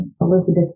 Elizabeth